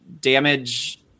damage